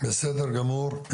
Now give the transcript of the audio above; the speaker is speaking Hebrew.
בסדר גמור.